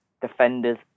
defenders